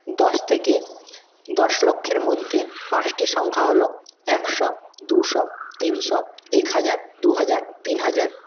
দশ থেকে দশ লক্ষের মধ্যে পাঁচটি সংখ্যা হল একশো দুশো তিনশো এক হাজার দু হাজার তিন হাজার